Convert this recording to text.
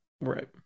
Right